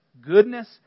goodness